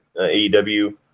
AEW